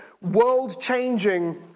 world-changing